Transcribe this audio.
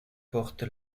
porte